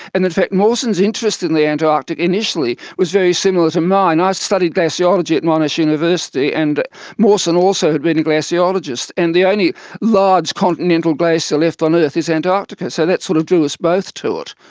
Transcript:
and in fact mawson's interest in the antarctic initially was very similar to mine. i studied glaciology at monash university and mawson also had been a glaciologist and the only large continental glacier left on earth is antarctica, so that sort of drew us both to it.